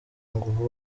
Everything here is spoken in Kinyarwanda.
nguvu